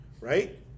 right